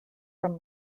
from